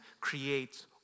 creates